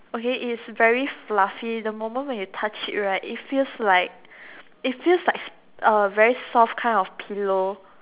okay it's very fluffy the moment when you touch it right it feels like it feels like a very soft kind of pillow